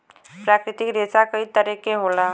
प्राकृतिक रेसा कई तरे क होला